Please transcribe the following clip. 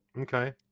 Okay